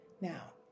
Now